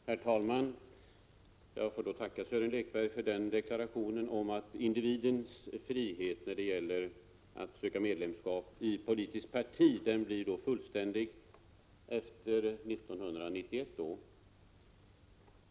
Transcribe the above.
Herr talman! Jag får tacka Sören Lekberg för deklarationen om att individens frihet när det gäller att söka medlemskap i politiskt parti blir fullständig efter 1991.